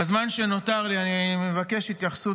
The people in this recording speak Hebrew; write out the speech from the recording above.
בזמן שנותר לי אני מבקש להתייחס התייחסות